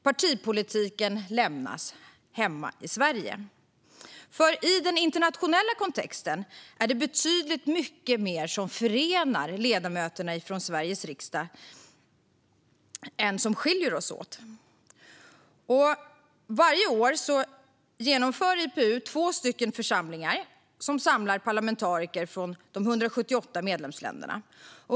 Partipolitiken lämnas hemma i Sverige, för i den internationella kontexten är det betydligt mer som förenar än som skiljer ledamöterna från Sverige. Varje år genomför IPU två församlingar, som samlar parlamentariker från de 178 medlemsländerna.